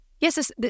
yes